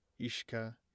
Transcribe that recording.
Ishka